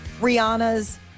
Rihanna's